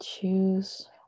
choose